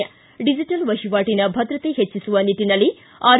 ಿ ಡಿಜೆಟಲ್ ವಹಿವಾಟನ ಭದ್ರತೆ ಹೆಚ್ಚಿಸುವ ನಿಟ್ಟನಲ್ಲಿ ಆರ್